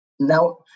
Now